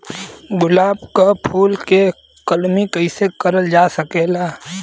गुलाब क फूल के कलमी कैसे करल जा सकेला?